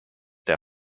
der